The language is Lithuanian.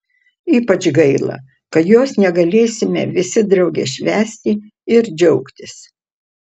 ypač gaila kad jos negalėsime visi drauge švęsti ir džiaugtis